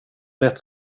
lätt